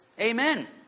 amen